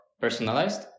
personalized